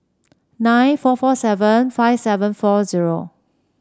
nine four four seven five seven four zero